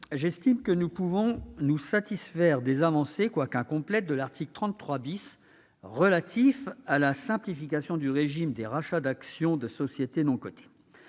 j'estime que nous pouvons nous satisfaire des avancées, bien qu'incomplètes, de l'article 33 relatif à la simplification du régime des rachats d'actions des sociétés non cotées.